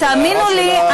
תאמינו לי,